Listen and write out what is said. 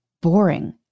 boring